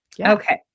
okay